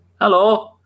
Hello